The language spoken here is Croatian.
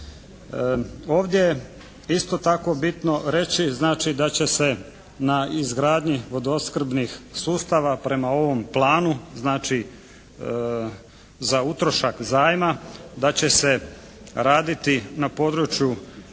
Ovdje je isto tako bitno reći znači da će se na izgradnji vodoopskrbnih sustava prema ovom planu znači za utrošak zajma da će se raditi na području